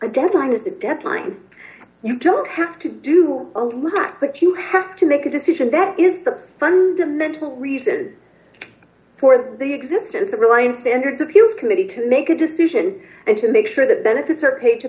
a deadline is a deadline you don't have to do all that but you have to make a decision that is the fundamental reason for the existence of the line standards appeals committee to make a decision and to make sure that benefits are paid to